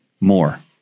more